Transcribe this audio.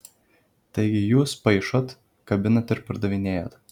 taigi jūs paišot kabinat ir pardavinėjat